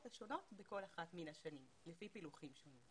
השונות בכל אחת מהשנים לפי פילוחים שונים.